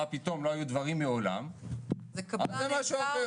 מה פתאום, לא היו דברים מעולם, זה משהו אחר.